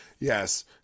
yes